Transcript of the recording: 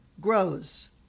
grows